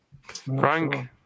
Frank